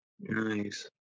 Nice